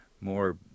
more